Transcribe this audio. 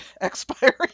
expiring